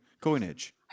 coinage